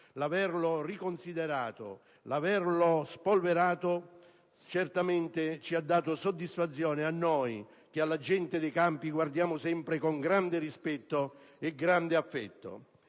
L'averlo riconsiderato e rispolverato certamente ha dato soddisfazione a noi, che alla gente dei campi guardiamo sempre con grande rispetto e grande affetto.